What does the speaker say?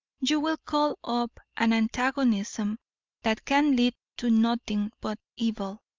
you will call up an antagonism that can lead to nothing but evil,